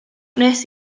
wnes